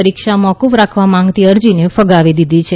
પરીક્ષા મોફૂફ રાખવા માંગતી અરજીને ફગાવી દીધી છે